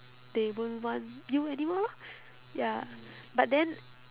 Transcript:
they won't want you anymore lor ya but then